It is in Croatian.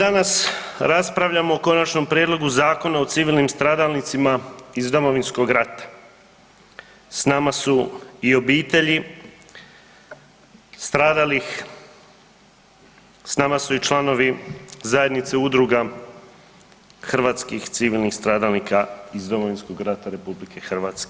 Mi danas raspravljamo o Konačnom prijedlogu Zakona o civilnim stradalnicima iz Domovinskog rata, s nama su i obitelji stradalih s nama su i članovi Zajednice udruga hrvatskih civilnih stradalnika iz Domovinskog rata RH.